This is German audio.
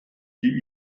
die